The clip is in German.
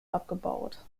abgebaut